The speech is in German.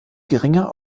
geringer